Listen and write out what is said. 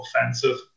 offensive